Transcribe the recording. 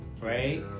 right